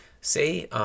say